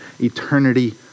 eternity